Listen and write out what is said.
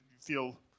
feel